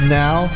now